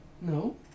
No